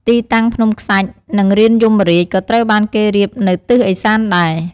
ទីតាំងភ្នំខ្សាច់ និងរានយមរាជ ក៏ត្រូវបានគេរៀបនៅទិសឦសានដែរ។